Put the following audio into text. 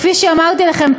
כפי שאמרתי לכם,